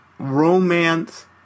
Romance